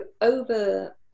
over